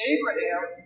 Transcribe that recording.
Abraham